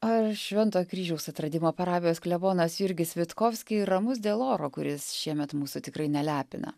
ar švento kryžiaus atradimo parapijos klebonas jurgis vitkovski ramus dėl oro kuris šiemet mūsų tikrai nelepina